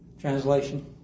translation